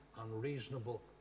unreasonable